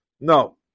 no